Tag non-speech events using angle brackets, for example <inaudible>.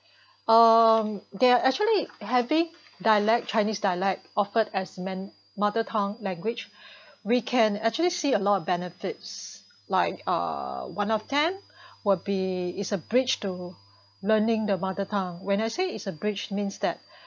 um they are actually having dialect Chinese dialect offered as man~ mother tongue language <breath> we can actually see a lot of benefits like uh one of them <breath> will be is a bridge to learning the mother tongue when I say is a bridge means that <breath>